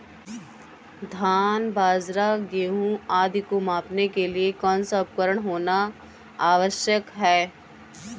धान बाजरा गेहूँ आदि को मापने के लिए कौन सा उपकरण होना आवश्यक है?